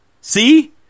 See